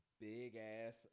big-ass